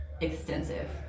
extensive